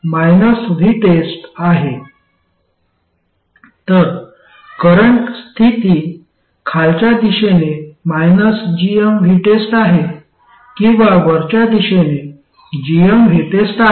तर करंट स्थिती खालच्या दिशेने gmVTEST आहे किंवा वरच्या दिशेने gmVTEST आहे